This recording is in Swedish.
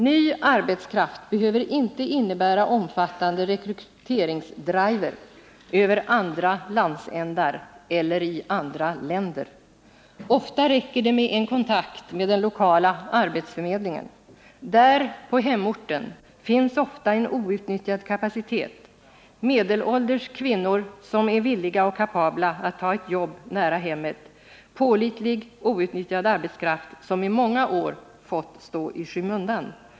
Ny arbetskraft behöver inte innebära en omfattande rekryteringsdrive över andra landsändar eller i andra länder. Ofta räcker det med en kontakt med den lokala arbetsförmedlingen. Där, på hemorten, finns ofta en outnyttjad kapacitet — medelålders kvinnor som är villiga och kapabla att ta ett jobb nära hemmet, pålitlig, outnyttjad arbetskraft, som i många år har fått stå i skymundan.